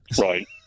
Right